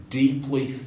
deeply